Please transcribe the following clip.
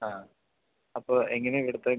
ആ അപ്പം എങ്ങനെയാണ് ഇവിടത്തെ